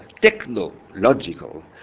technological